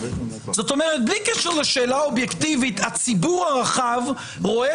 בלי קשר לשאלה האובייקטיבית הציבור הרחב רואה